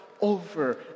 over